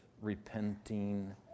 repenting